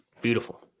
Beautiful